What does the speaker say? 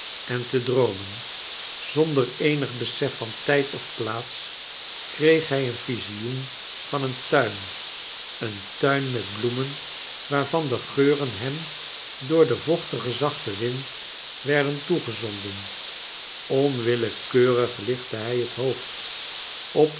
en te droomen zonder eenig besef van tijd of plaats kreeg hij een visioen van eon tuin een tuin met bloemen waarvan dc geuren hem door den vochtigen zachten wind werden toegezonden onwillekeurig lichtte hij bet hoofd op